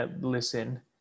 listen